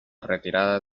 retirada